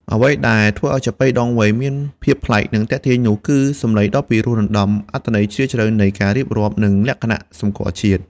អ្វីដែលធ្វើឱ្យចាប៉ីដងវែងមានភាពប្លែក និងទាក់ទាញនោះ គឺ សម្លេងដ៏ពិរោះរណ្តំ អត្ថន័យជ្រាលជ្រៅនៃការរៀបរាប់ និងលក្ខណៈសម្គាល់ជាតិ។